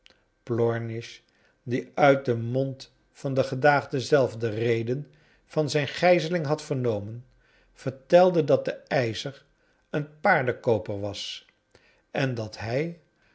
plornish die uit den mond van den gedaagde zelf de reden van zijn gijzeling had vernomen vertelde dat de eischer een paardenkooper was en dat hij